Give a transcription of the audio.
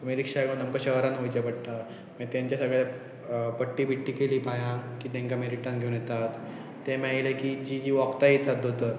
मागीर रिक्षा घेवन आमकां शहरान वयचें पडटा मागीर तेंचे सगळे पट्टी बिट्टी केली पांयांक की तेंका मागीर रिटर्न घेवन येतात तें मागीर येयलें की जी जी वखदां दितात दोतोर